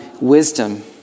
wisdom